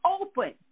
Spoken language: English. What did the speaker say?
open